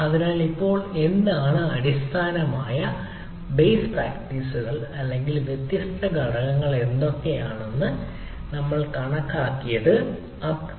അതിനാൽ ഇപ്പോൾ എന്താണ് അടിസ്ഥാന ബേസ് പ്രാക്ടീസുകൾ അല്ലെങ്കിൽ വ്യത്യസ്ത ഘടകങ്ങൾ എന്തൊക്കെയാണെന്ന് നമ്മൾ കണക്കാക്കിയത് അപ് ടൈം ആണ്